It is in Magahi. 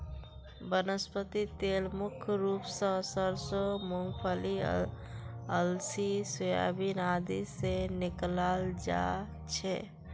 वनस्पति तेल मुख्य रूप स सरसों मूंगफली अलसी सोयाबीन आदि से निकालाल जा छे